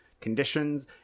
conditions